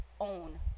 own